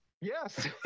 yes